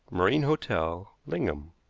marine hotel, lingham.